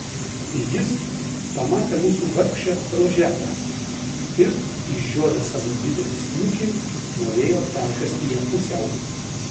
jis pamatė mūsų vargšę roželę ir išžiojęs savo didelį snukį norėjo perkąsti ją pusiau